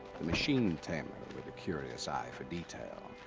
the machine tamer with a curious eye for detail.